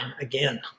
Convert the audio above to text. again